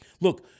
look